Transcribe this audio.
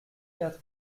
quatre